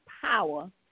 power